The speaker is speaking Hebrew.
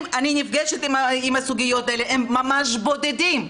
אני נפגשת עם הסוגיות האלה, הם ממש בודדים.